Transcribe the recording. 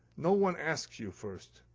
no one asked you, first.